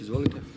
Izvolite.